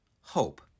Hope